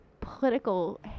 political